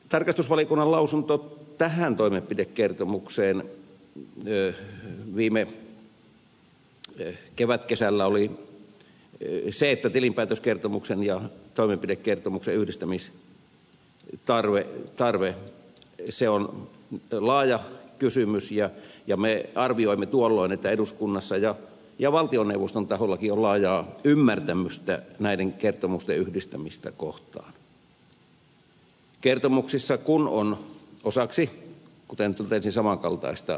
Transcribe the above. tarkastusvaliokunnan lausunto tähän toimenpidekertomukseen viime kevätkesällä oli se että tilinpäätöskertomuksen ja toimenpidekertomuksen yhdistämistarve on laaja kysymys ja me arvioimme tuolloin että eduskunnassa ja valtioneuvoston tahollakin on laajaa ymmärtämystä näiden kertomusten yhdistämistä kohtaan kertomuksissa kun on osaksi kuten totesin samankaltaista sisältöä